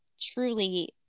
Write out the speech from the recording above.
truly